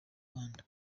rwanda